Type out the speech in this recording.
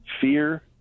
fear